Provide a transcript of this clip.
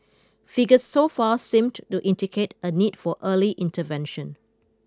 figures so far seemed to indicate a need for early intervention